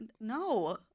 No